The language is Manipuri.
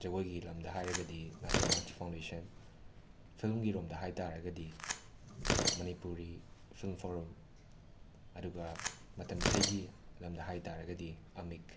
ꯖꯒꯣꯏꯒꯤ ꯂꯝꯗ ꯍꯥꯏꯔꯒꯗꯤ ꯅꯥꯆꯣꯝ ꯑꯥꯔꯠꯁ ꯐꯥꯎꯟꯗꯦꯁꯟ ꯐꯤꯂꯝꯒꯤ ꯔꯣꯝꯗ ꯍꯥꯏ ꯇꯥꯔꯒꯗꯤ ꯃꯅꯤꯄꯨꯔꯤ ꯐꯤꯂꯝ ꯐꯣꯔꯝ ꯑꯗꯨꯒ ꯃꯇꯝ ꯏꯁꯩꯒꯤ ꯂꯝꯗ ꯍꯥꯏ ꯇꯥꯔꯒꯗꯤ ꯑꯃꯤꯛ